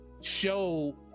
show